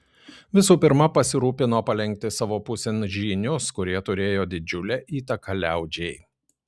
visų pirma pasirūpino palenkti savo pusėn žynius kurie turėjo didžiulę įtaką liaudžiai